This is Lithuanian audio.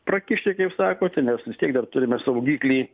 prakišti kaip sakote nes vis tiek dar turime saugiklį